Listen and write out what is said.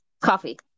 Coffee